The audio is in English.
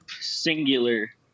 Singular